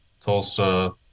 Tulsa